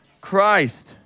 Christ